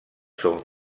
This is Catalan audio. són